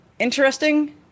Interesting